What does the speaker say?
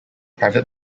private